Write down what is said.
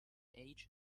age